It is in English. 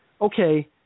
Okay